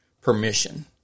permission